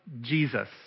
Jesus